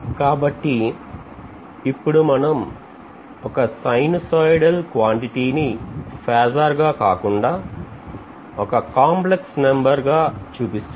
కాబట్టి ఇప్పుడు మనం ఒక sinusoidal quantity నీ ఫేజార్ గా కాకుండా ఒక కాంప్లెక్స్ నెంబర్ గా చూపిస్తున్నాం